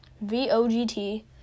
V-O-G-T